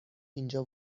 اینجا